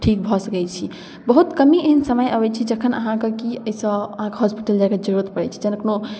ठीक भऽ सकै छी बहुत कमे एहन समय अबै छै जखन अहाँके कि एहिसँ अहाँके हॉस्पिटल जाइके जरूरत पड़ै छै जखन कखनहु